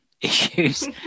issues